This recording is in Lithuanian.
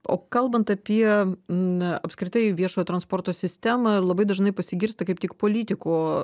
o kalbant apie na apskritai viešojo transporto sistemą labai dažnai pasigirsta kaip tik politikų